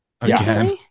Again